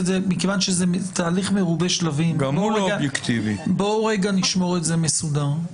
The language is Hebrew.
מכיוון שזה תהליך מרובה שלבים בואו נשמור על סדר.